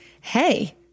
Hey